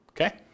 Okay